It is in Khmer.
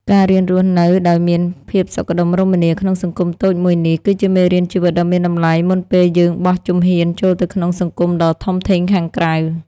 ការរៀនរស់នៅដោយមានភាពសុខដុមរមនាក្នុងសង្គមតូចមួយនេះ គឺជាមេរៀនជីវិតដ៏មានតម្លៃមុនពេលយើងបោះជំហានចូលទៅក្នុងសង្គមដ៏ធំធេងខាងក្រៅ។